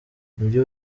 nibyo